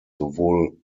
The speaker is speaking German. sowohl